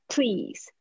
Please